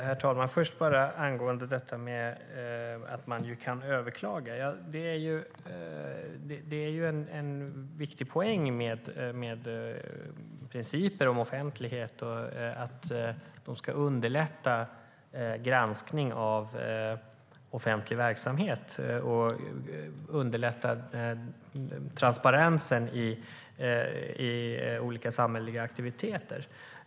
Herr talman! Låt mig först kommentera detta att det går att överklaga. Det är en viktig poäng med principer om offentlighet att dessa ska underlätta granskning av offentlig verksamhet och underlätta transparensen i olika samhälleliga aktiviteter.